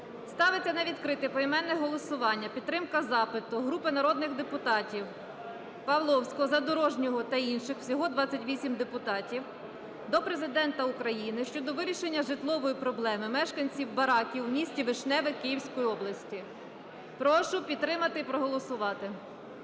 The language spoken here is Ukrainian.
Ставиться на відкрите поіменне голосування підтримка запиту (групи народних депутатів Павловського, Задорожнього та інших. Всього 28 депутатів) до Президента України щодо вирішення житлової проблеми мешканців бараків у місті Вишневе Київського області. Прошу підтримати і проголосувати.